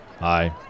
Hi